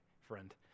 friend